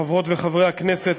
חברות וחברי הכנסת,